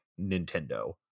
Nintendo